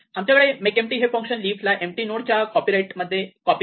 आमच्याकडे make empty हे function लीफला एम्पटी नोडच्या कॉपीराइटमध्ये कॉपी करते